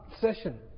session